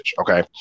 okay